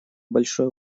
большое